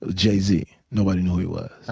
jay z. nobody knew who he was.